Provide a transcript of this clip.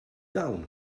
down